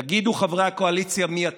תגידו, חברי הקואליציה, מי אתם?